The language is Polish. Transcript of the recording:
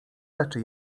leczy